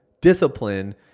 discipline